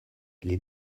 les